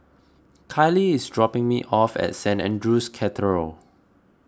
Kylie is dropping me off at Saint andrew's Cathedral